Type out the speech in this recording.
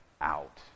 out